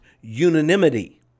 unanimity